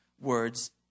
words